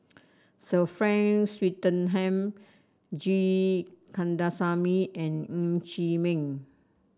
Sir Frank Swettenham G Kandasamy and Ng Chee Meng